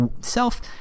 self